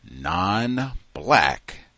non-black